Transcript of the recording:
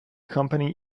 company